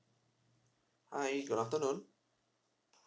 hi good afternoon